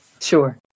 Sure